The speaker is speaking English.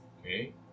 Okay